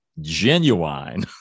genuine